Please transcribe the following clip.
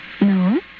No